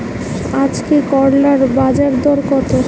আজকে করলার বাজারদর কত?